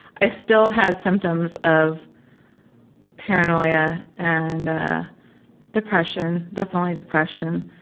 i still had symptoms of paranoia and depression, definitely depression,